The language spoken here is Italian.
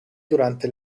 durante